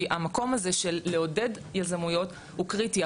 כי המקום הזה של לעודד יזמויות הוא קריטי.